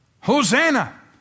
Hosanna